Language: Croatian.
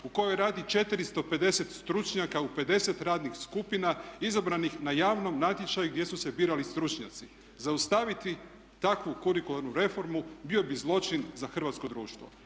u kojoj radi 450 stručnjaka u 50 radnih skupina izabranih na javnom natječaju gdje su se birali stručnjaci. Zaustaviti takvu kurikularnu reformu bio bi zločin za hrvatsko društvo.